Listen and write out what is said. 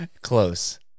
Close